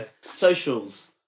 socials